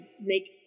make